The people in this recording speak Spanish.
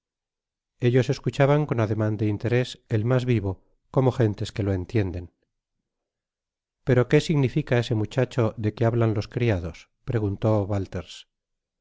ellos escuchaban con ademan de interés el mas vivo como gentes que lot entienden pero qué significa ese muchacho de que hablan los criados preguntó